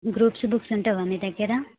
groups books ఉండవా మీ దగ్గర